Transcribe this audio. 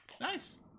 nice